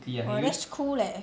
oh that's cool leh